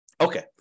Okay